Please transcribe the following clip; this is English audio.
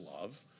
love